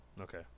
Okay